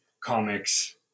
comics